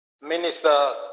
Minister